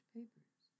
Papers